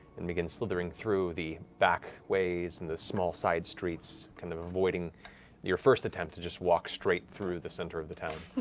and begin slithering through the back ways and the small side streets, kind of avoiding your first attempt to walk straight through the center of the town.